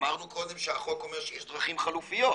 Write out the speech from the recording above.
אמרנו קודם שהחוק אומר שיש דרכים חלופיות,